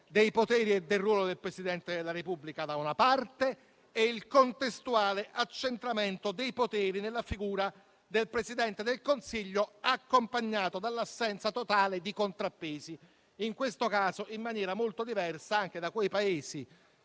dei poteri e del ruolo del Presidente della Repubblica - da una parte - e il contestuale accentramento dei poteri nella figura del Presidente del Consiglio, accompagnato dall'assenza totale di contrappesi - dall'altra - in questo caso in maniera molto diversa anche dai Paesi